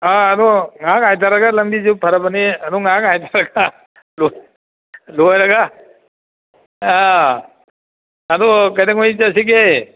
ꯑꯪ ꯑꯗꯣ ꯉꯥꯏꯍꯥꯛ ꯉꯥꯏꯊꯔꯒ ꯂꯝꯕꯤꯁꯨ ꯐꯔꯕꯅꯤ ꯑꯗꯨ ꯉꯥꯏꯍꯥꯛ ꯍꯥꯏꯊꯔꯒ ꯂꯣꯏꯔꯒ ꯑꯥ ꯑꯗꯣ ꯀꯩꯗꯧꯉꯩ ꯆꯠꯁꯤꯒꯦ